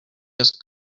just